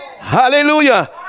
Hallelujah